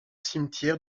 cimetières